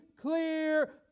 clear